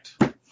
right